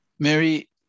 Mary